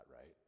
right